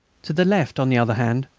to the left, on the other hand,